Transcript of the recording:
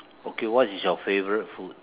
okay what is your favourite food